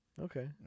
Okay